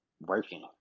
working